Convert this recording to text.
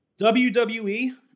WWE